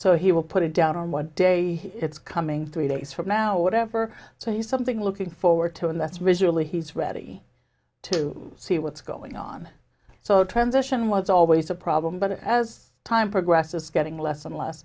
so he will put it down on what day it's coming three days from now or whatever so you something looking forward to and that's visually he's ready to see what's going on so transition was always a problem but as time progresses getting less and less